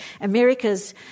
America's